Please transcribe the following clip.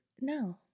No